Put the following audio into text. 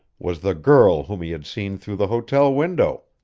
was the girl whom he had seen through the hotel window!